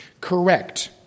Correct